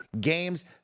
games